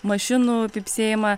mašinų pypsėjimą